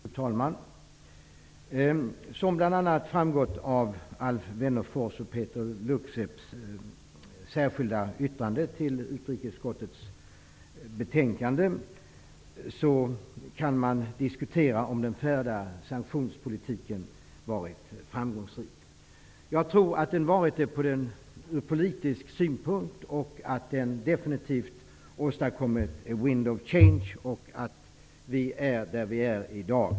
Fru talman! Som bl.a. framgått av Alf Wennerfors och Peeter Lukseps särskilda yttrande till utrikesutskottets betänkande kan man diskutera om den förda sanktionspolitiken varit framgångsrik. Jag tror att den varit det ur politiskt synpunkt och att den definitivt åstadkommit en ''wind of change'' och att vi är där vi är i dag.